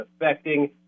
affecting